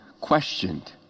questioned